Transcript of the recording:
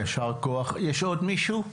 עוד מישהו?